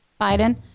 Biden